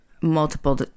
multiple